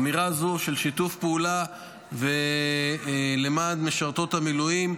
אמירה זו של שיתוף פעולה למען משרתות המילואים,